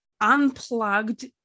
unplugged